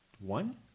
One